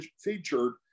featured